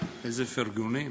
איזה פרגונים.